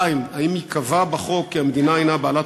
2. האם ייקבע בחוק כי המדינה הנה בעלת